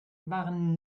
waren